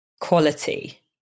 quality